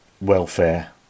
welfare